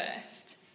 first